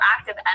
active